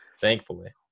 Thankfully